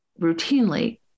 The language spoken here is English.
routinely